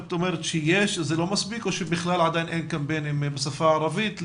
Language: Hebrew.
את אומרת שיש אבל זה לא מספיק או שבכלל עדיין אין קמפיינים בשפה הערבית.